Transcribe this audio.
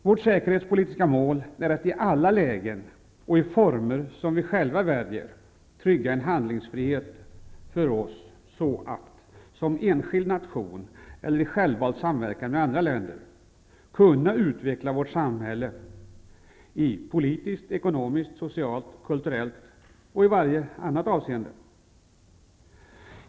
Vårt säkerhetspolitiska mål är att i alla lägen och i former som vi själva väljer trygga en handlingsfrihet för oss att -- såsom enskild nation eller i självvald samverkan med andra länder -- kunna utveckla vårt samhälle i politiskt, ekonomiskt, socialt, kulturellt och i varje annat avseende.